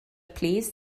plîs